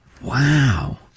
Wow